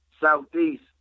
southeast